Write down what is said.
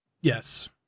yes